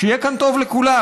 שיהיה כאן טוב לכולם.